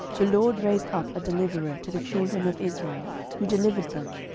the lord raised up a deliverer to the children of israel, who delivered them,